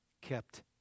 kept